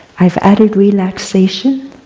i've added relaxation.